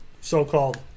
so-called